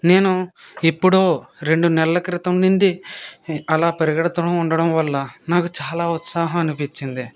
నేను ఎప్పుడో రెండు నెలల క్రితం నుండి అలా పరిగెత్తతా ఉండడం వల్ల నాకు చాలా ఉత్సాహం అనిపించింది